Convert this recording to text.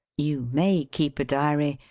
you may keep a diary,